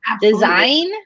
design